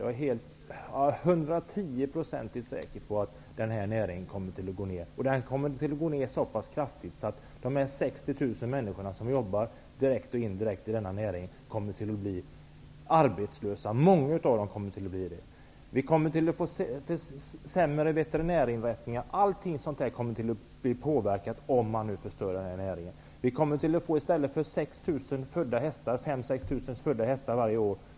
Jag är hundratioprocentigt säker på att näringen kommer att minska i omfattning så kraftigt, att många av de 60 000 människor som jobbar direkt och indirekt i näringen kommer att bli arbetslösa. Vi kommer att få sämre veterinärinrättningar. Allt som är förknippat med näringen kommer att påverkas om man förstör den.